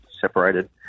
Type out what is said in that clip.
separated